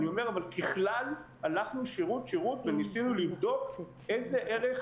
אבל ככלל הלכנו שירות שירות וניסינו לבדוק איזה ערך